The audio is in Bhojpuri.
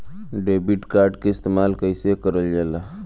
डेबिट कार्ड के इस्तेमाल कइसे करल जाला?